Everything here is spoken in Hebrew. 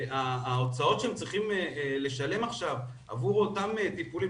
ההוצאות שהם צריכים לשלם עכשיו עבור אותם טיפולים,